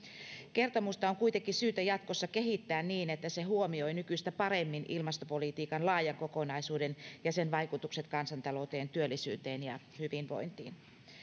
kertomusta on kuitenkin syytä jatkossa kehittää niin että se huomioi nykyistä paremmin ilmastopolitiikan laajan kokonaisuuden ja sen vaikutukset kansantalouteen työllisyyteen ja hyvinvointiin